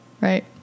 right